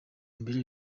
mbere